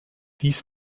dies